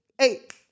eight